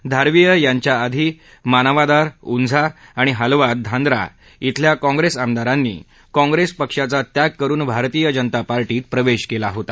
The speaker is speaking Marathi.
धारवीय यांच्याआधी मानवादार ऊंझा आणि हालवाद धांधरा अल्या काँग्रस्तिआमदारांनी काँग्रस्त्रिया त्याग करुन भारतीय जनता पार्टीत प्रवधीकला होता